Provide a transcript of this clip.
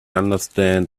understand